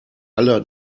alle